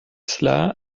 cela